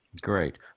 Great